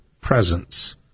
presence